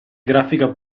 grafica